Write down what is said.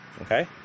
okay